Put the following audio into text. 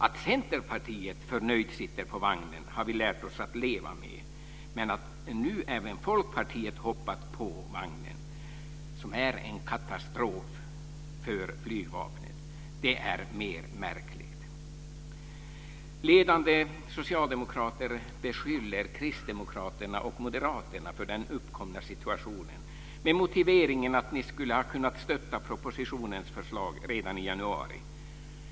Att Centerpartiet förnöjt sitter på vagnen har vi lärt oss att leva med, men att nu även Folkpartiet hoppat på vagnen, som är en katastrof för Flygvapnet, är mer märkligt. Ledande socialdemokrater beskyller kristdemokraterna och moderaterna för den uppkomna situationen med motiveringen att vi skulle ha kunnat stötta propositionens förslag redan i januari.